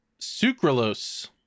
Sucralose